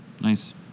Nice